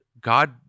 God